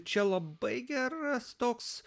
čia labai geras toks